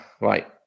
Right